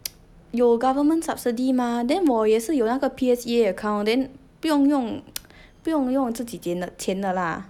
有 government subsidy mah then 我也是有那个 P_S_E_A account then 不用 不用用自己钱的 lah